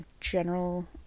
general